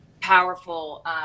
powerful